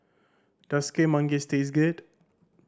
does Kueh Manggis taste good